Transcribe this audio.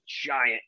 giant